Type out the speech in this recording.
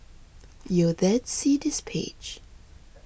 you'll then see this page